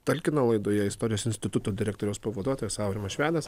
talkino laidoje istorijos instituto direktoriaus pavaduotojas aurimas švedas